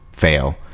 fail